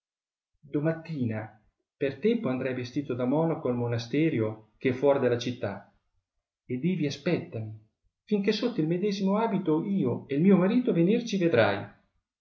domattina per tempo andrai vestito da monaco al monasterio che è fuor della città ed ivi aspettami fin che sotto il medesimo abito io e il mio marito venir ci vedrai